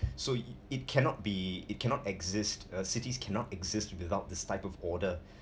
so it cannot be it cannot exist uh cities cannot exist without this type of order